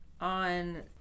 on